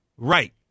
Right